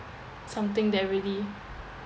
something that really